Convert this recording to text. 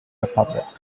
republic